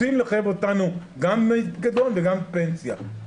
רוצים לחייב אותנו גם בדמי פיקדון וגם בפנסיה.